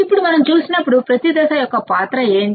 ఇప్పుడు మనం చూసినప్పుడు ప్రతి దశ యొక్క పాత్ర ఏమిటి